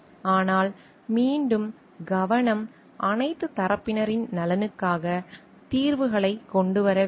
ஆனால் மீண்டும் கவனம் அனைத்து தரப்பினரின் நலனுக்கான தீர்வுகளைக் கொண்டு வர வேண்டும்